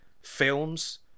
films